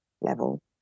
level